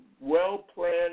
well-planned